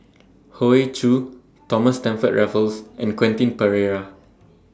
Hoey Choo Thomas Stamford Raffles and Quentin Pereira